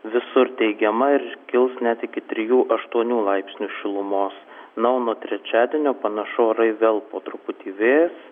visur teigiama ir kils net iki trijų aštuonių laipsnių šilumos na o nuo trečiadienio panašu orai vėl po truputį vės